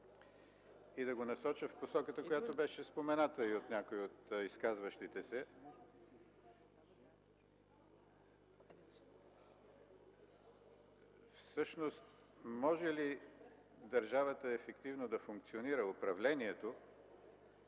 и да го насоча в посоката, която беше спомената и от някои от изказващите се. Всъщност може ли държавата ефективно да функционира управлението,